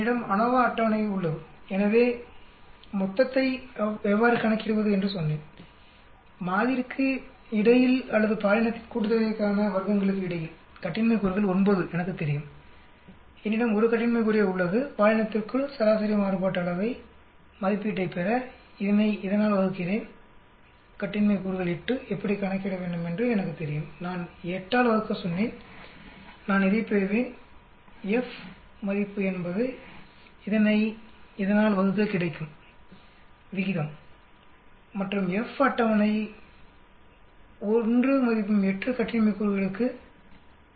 என்னிடம் அநோவா அட்டவணை உள்ளது எனவே மொத்தத்தை எவ்வாறு கணக்கிடுவது என்று சொன்னேன் மாதிரிக்கு இடையில் அல்லது பாலினத்தின் கூட்டுத்தொகைக்கான வர்க்கங்களுக்கு இடையில் கட்டின்மை கூறுகள் 9 எனக்கு தெரியும் என்னிடம் 1 கட்டின்மை கூறே உள்ளது பாலினத்திற்குள் சராசரி மாறுபாட்டு அளவை மதிப்பீட்டைப் பெற இதனை இதனால் வகுக்கிறேன் கட்டின்மை கூறுகள் 8 எப்படி கணக்கிடவேண்டுமென்று எனக்கு தெரியும் நான் 8 ஆல் வகுக்க சொன்னேன் நான் இதை பெறுவேன் F மதிப்பு என்பது இதனை இதனால் வகுக்க கிடைக்கும் விகிதம் மற்றும் F அட்டவணை 1 மற்றும் 8 கட்டின்மை கூறுகளுக்கு 5